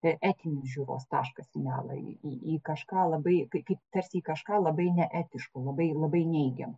etinis žiūros taškas į melą į į kažką labai ka kaip tarsi į kažką labai neetiško labai labai neigiamo